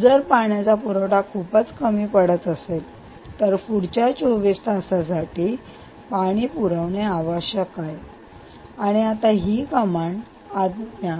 जर पाण्याचा पुरवठा खूपच कमी पडत असेल तर पुढच्या चोवीस तासांसाठी पाणी पुरवणे आवश्यक आहे आणि आता ही कमांड आज्ञा